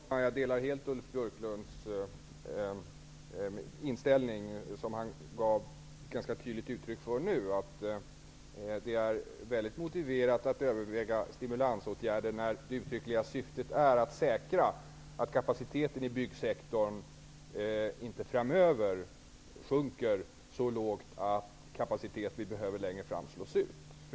Herr talman! Jag delar helt Ulf Björklunds uppfattning när det gäller den inställning som han nyss ganska tydligt gav uttryck för, dvs. att det är högst motiverat att överväga stimulansåtgärder när syftet uttryckligen är att säkra att kapaciteten inom byggsektorn framöver inte minskar så mycket att kapacitet som behövs längre fram slås ut.